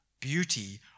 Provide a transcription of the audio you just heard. Beauty